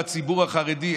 לציבור החרדי,